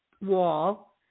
wall